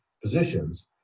positions